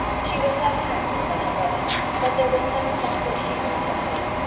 she was less handsome than her brother but there was sense and good humour in her face,